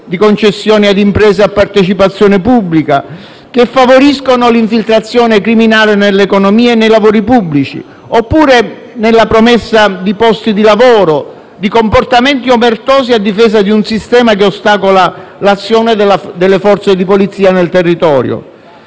concessioni a imprese a partecipazione pubblica che favoriscono l'infiltrazione criminale nell'economia e nei lavori pubblici oppure nella promessa di posti di lavoro o di comportamenti omertosi a difesa di un sistema che ostacola l'azione delle forze di polizia nel territorio,